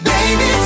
Baby